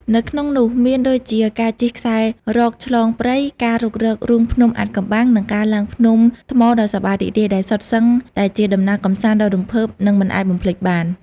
នៅក្នុងនោះមានដូចជាការជិះខ្សែរ៉កឆ្លងព្រៃ ការរុករករូងភ្នំអាថ៌កំបាំង និងការឡើងភ្នំថ្មដ៏សប្បាយរីករាយ ដែលសុទ្ធសឹងតែជាដំណើរកម្សាន្តដ៏រំភើបនិងមិនអាចបំភ្លេចបាន។